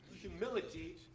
humility